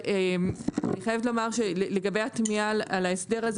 אני חייבת לומר לגבי התמיהה על ההסדר הזה,